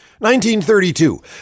1932